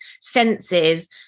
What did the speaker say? senses